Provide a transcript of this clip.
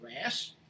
grass